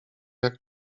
jak